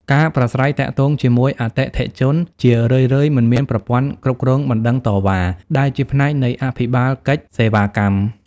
ការប្រាស្រ័យទាក់ទងជាមួយអតិថិជនជារឿយៗមិនមានប្រព័ន្ធគ្រប់គ្រងបណ្ដឹងតវ៉ា ដែលជាផ្នែកនៃអភិបាលកិច្ចសេវាកម្ម។